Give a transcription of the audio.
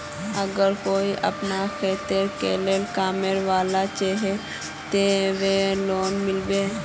अगर कोई अपना घोरोत अकेला कमाने वाला होचे ते वहाक लोन मिलबे?